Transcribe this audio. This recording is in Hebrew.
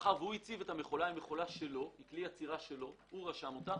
מאחר והוא הציב את המכולה, הוא רשם אותה